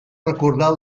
recordar